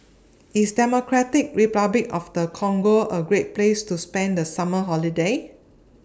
IS Democratic Republic of The Congo A Great Place to spend The Summer Holiday